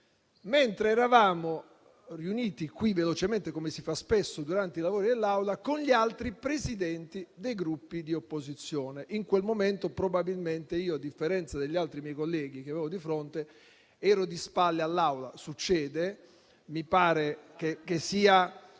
mentre eravamo riuniti qui velocemente, come si fa spesso durante i lavori dell'Aula, con gli altri Presidenti dei Gruppi di opposizione. In quel momento, probabilmente io, a differenza degli altri miei colleghi che avevo di fronte, ero di spalle all'Aula. Succede e mi pare che sia